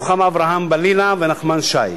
רוחמה אברהם-בלילא ונחמן שי.